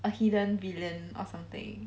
a hidden villain or something